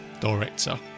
director